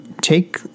take